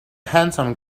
handsome